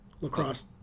Lacrosse